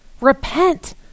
Repent